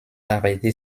arrêter